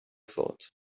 thought